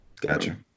gotcha